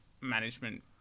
management